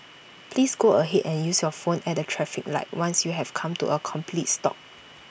please go ahead and use your phone at the traffic light once you have come to A complete stop